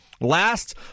Last